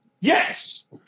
Yes